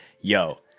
yo